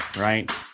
right